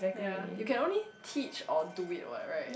ya you can only teach or do it [what] right